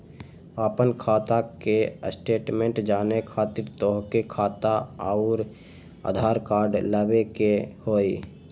आपन खाता के स्टेटमेंट जाने खातिर तोहके खाता अऊर आधार कार्ड लबे के होइ?